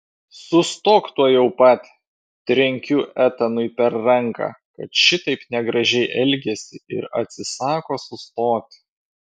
sustok tuojau pat trenkiu etanui per ranką kad šitaip negražiai elgiasi ir atsisako sustoti